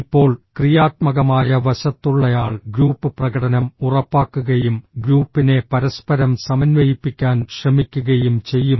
ഇപ്പോൾ ക്രിയാത്മകമായ വശത്തുള്ളയാൾ ഗ്രൂപ്പ് പ്രകടനം ഉറപ്പാക്കുകയും ഗ്രൂപ്പിനെ പരസ്പരം സമന്വയിപ്പിക്കാൻ ശ്രമിക്കുകയും ചെയ്യും